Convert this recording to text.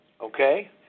Okay